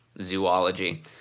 zoology